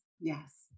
yes